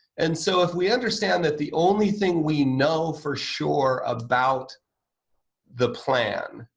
and so, if we understand that the only thing we know for sure about the plan,